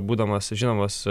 būdamas žinomas